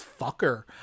fucker